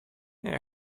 here